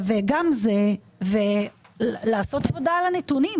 גם זה, וגם לעשות עבודה על הנתונים.